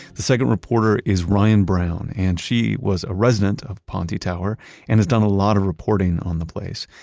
the second reporter is ryan brown and she was a resident of ponte tower and has done a lot of reporting on the place.